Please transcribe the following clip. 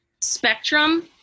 spectrum